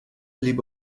liebe